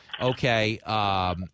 okay –